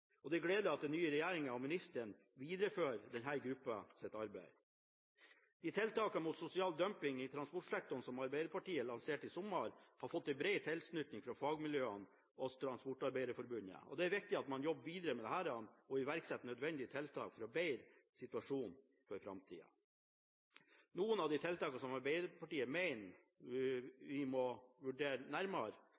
Det er gledelig at den nye regjeringen og ministeren viderefører denne gruppens arbeid. De tiltakene mot sosial dumping i transportsektoren som Arbeiderpartiet lanserte i sommer, har fått bred tilslutning fra fagmiljøene og Transportarbeiderforbundet, og det er viktig at man jobber videre med dette og iverksetter nødvendige tiltak for å bedre situasjonen for framtida. Noen av de tiltakene som Arbeiderpartiet